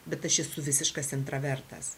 bet aš esu visiškas intravertas